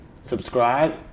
subscribe